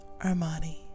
Armani